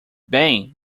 bem